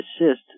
assist